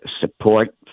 support